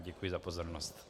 Děkuji za pozornost.